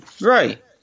right